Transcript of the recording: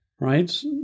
right